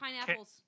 pineapples